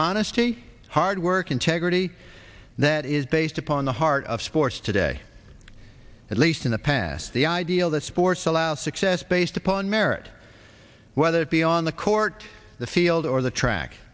honesty hard work integrity that is based upon the heart of sports today at least in the past the ideal the sports allow success based upon merit whether it be on the court the field or the track